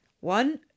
One